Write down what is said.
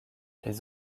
les